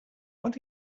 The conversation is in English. want